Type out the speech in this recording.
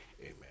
amen